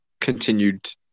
continued